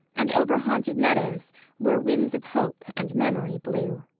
and over haunted meadows where winds of hope and memory blew.